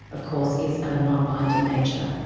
of course, is of a non-binding nature.